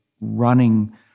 running